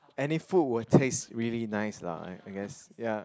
any food will taste really nice lah I I guess ya